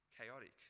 chaotic